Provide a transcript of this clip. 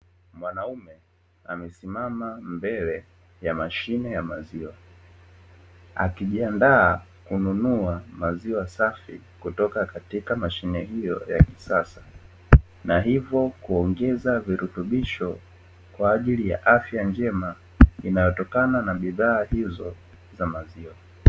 Mwanaume amesimama mbele ya mashine ya maziwa, akijiandaa kununua maziwa safi kutoka katika mashine hiyo ya kisasa. Na hivyo kuongeza virutubisho kwa ajili ya afya njema, inayotokana na bidhaa hizo za maziwa.